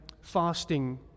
fasting